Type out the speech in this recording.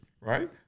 right